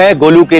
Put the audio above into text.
ah golu golu